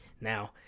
Now